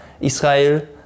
Israel